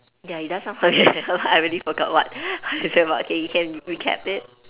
ya it does sound familiar I already forgot what what you said about it you can recap it